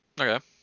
Okay